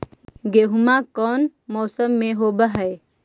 गेहूमा कौन मौसम में होब है?